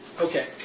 Okay